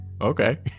okay